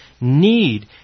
need